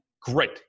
great